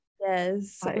yes